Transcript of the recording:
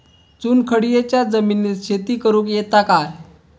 चुनखडीयेच्या जमिनीत शेती करुक येता काय?